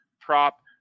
prop